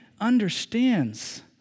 understands